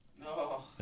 No